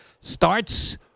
Starts